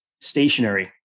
stationary